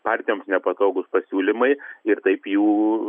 partijoms nepatogūs pasiūlymai ir taip jų